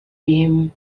him